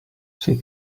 she